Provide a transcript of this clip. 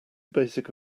basic